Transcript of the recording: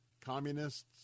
communists